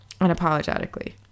unapologetically